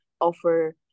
offer